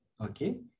Okay